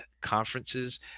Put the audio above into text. conferences